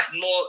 more